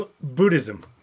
Buddhism